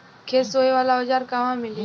खेत सोहे वाला औज़ार कहवा मिली?